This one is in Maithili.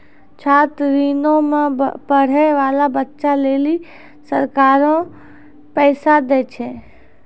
छात्र ऋणो मे पढ़ै बाला बच्चा लेली सरकारें पैसा दै छै